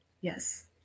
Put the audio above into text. Yes